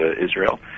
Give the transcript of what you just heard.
Israel